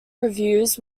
reviews